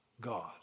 God